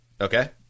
Okay